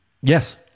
Yes